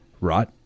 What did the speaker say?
right